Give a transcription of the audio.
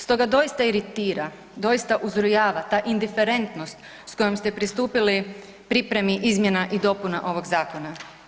Stoga doista iritira, doista uzrujava ta indiferentnost s kojom ste pristupili pripremi izmjena i dopuna ovog zakona.